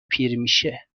پیرمیشه